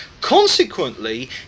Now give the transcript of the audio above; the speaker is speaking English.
Consequently